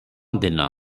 ଦିନ